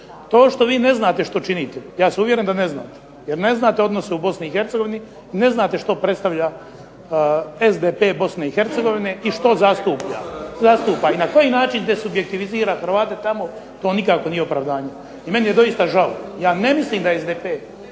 To što vi ne znate što činite, ja sam uvjeren da ne znate, jer ne znate odnose u Bosni i Hercegovini, ne znate što predstavlja SDP Bosni i Hercegovine i što zastupa. I na koji način desubjektivizira HRvate tamo to nikako nije opravdanje. I meni je doista žao. Ja ne mislim da SDP